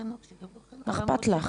מה אכפת לך?